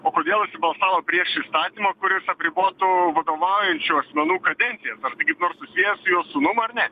o kodėl jis balsavo prieš įstatymą kuris apribotų vadovaujančių asmenų kadencijas ar tai kaip nors susiję su jo sūnum ar ne